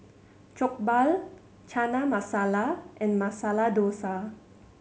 Jokbal Chana Masala and Masala Dosa